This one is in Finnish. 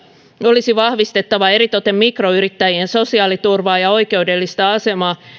olisi vahvistettava eritoten mikroyrittäjien sosiaaliturvaa ja oikeudellista asemaa